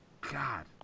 God